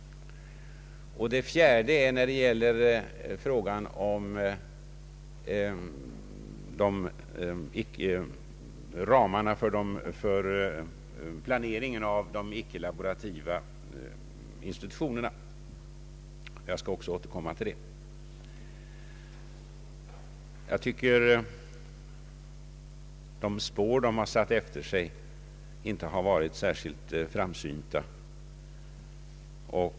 Den fjärde aktiviteten gäller planeringen av de icke-laborativa institutionerna. Det skall jag också återkomma till. Jag tycker att de spår som U 68 hittills avsatt inte är särskilt efterföljans värda.